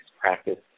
practice